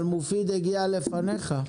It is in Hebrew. אבל מופיד הגיע לפניך.